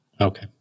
okay